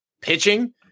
pitching